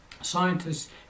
scientists